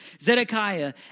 Zedekiah